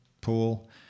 pool